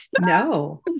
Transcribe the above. No